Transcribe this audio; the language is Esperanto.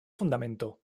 fundamento